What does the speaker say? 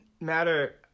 matter